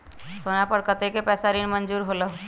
सोना पर कतेक पैसा ऋण मंजूर होलहु?